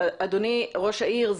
אדוני ראש-העיר,